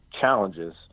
challenges